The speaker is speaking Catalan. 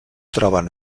troben